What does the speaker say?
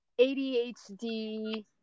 ADHD